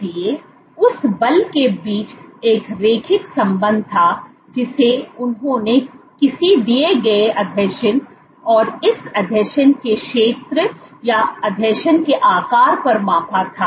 इसलिए उस बल के बीच एक रैखिक संबंध था जिसे उन्होंने किसी दिए गए आसंजन और इस आसंजन के क्षेत्र या इस आसंजन के आकार पर मापा था